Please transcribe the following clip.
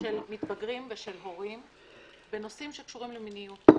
של מתבגרים ושל הורים בנושאים שקשורים למיניות,